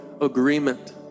agreement